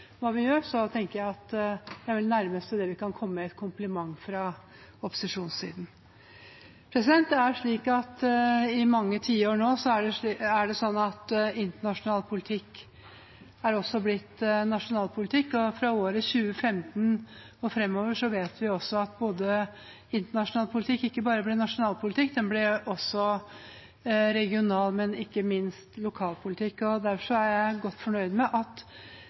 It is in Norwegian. hva vi gjør, så tenker jeg at det vel er det nærmeste vi kan komme et kompliment fra opposisjonssiden. I mange tiår nå har det vært slik at internasjonal politikk også har blitt nasjonal politikk, og fra året 2015 og fremover vet vi også at internasjonal politikk ikke bare blir nasjonalpolitikk; den blir også regionalpolitikk og ikke minst lokalpolitikk. Derfor er jeg godt fornøyd med at